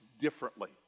differently